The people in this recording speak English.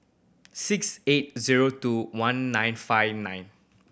six eight zero two one nine five nine